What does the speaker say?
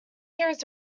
hears